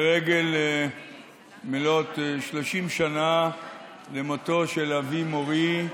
לרגל מלאת שלושים שנה למותו של אבי מורי,